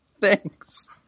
Thanks